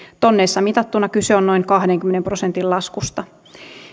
tonneissa mitattuna kyse on noin kahdenkymmenen prosentin laskusta